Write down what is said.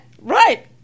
right